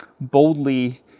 boldly